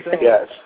Yes